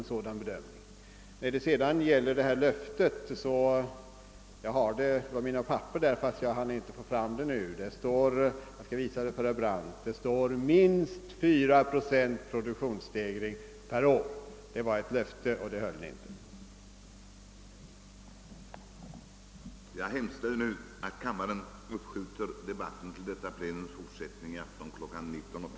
Det löfte om en produktionsstegring på 4 procent som lämnades under valrörelsen 1964 finns klart återgivet i ett papper som jag har i min bänk. Jag hann inte leta fram det innan jag nu fick ordet, men jag skall visa det senare för herr Brandt. Han kan då själv läsa att det utlovas en produktionsstegring om minst 4 procent.